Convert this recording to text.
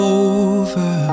over